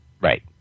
right